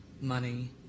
Money